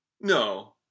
No